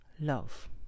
love